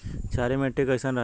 क्षारीय मिट्टी कईसन रहेला?